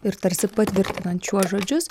ir tarsi patvirtinant šiuos žodžius